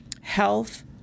health